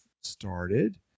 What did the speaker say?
started